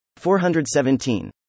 417